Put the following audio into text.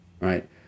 right